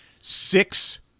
Six